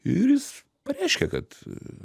ir jis pareiškė kad